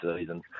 season